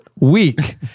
Week